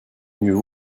mieux